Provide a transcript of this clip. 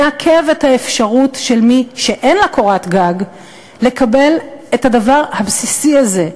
מעכב את האפשרות של מי שאין לה קורת גג לקבל את הדבר הבסיסי הזה: